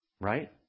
Right